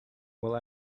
will